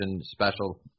special